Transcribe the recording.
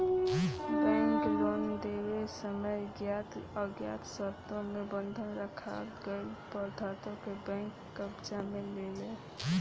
bank loan देवे समय ज्ञात अज्ञात शर्तों मे बंधक राखल गईल पदार्थों के बैंक कब्जा में लेलेला